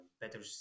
better